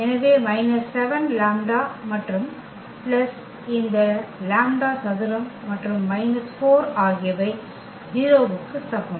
எனவே minus 7 lambda மற்றும் plus இந்த லாம்ப்டா சதுரம் மற்றும் மைனஸ் 4 ஆகியவை 0 க்கு சமம்